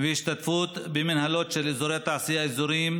ובהשתתפות במינהלות של אזורי תעשייה אזוריים.